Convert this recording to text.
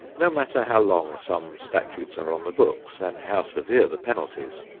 no matter how long some statutes are on the books, and how severe the penalties,